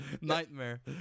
Nightmare